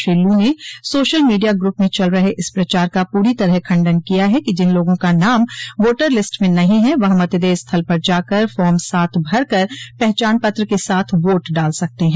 श्री लू ने social media group में चल रहे इस प्रचार का पूरी तरह खंडन किया है कि जिन लोगों का नाम वोटर लिस्ट में नहीं है वह मतदेय स्थल पर जाकर फार्म सात भरकर पहचान पत्र के साथ वोट डाल सकते हैं